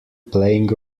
playing